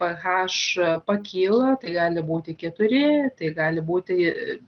ph pakyla tai gali būti keturi tai gali būti